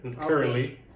currently